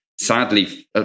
Sadly